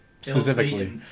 specifically